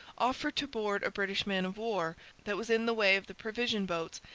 offered to board a british man-of-war that was in the way of the provision boats,